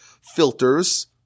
filters